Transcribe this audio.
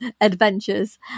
adventures